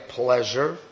pleasure